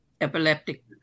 epileptic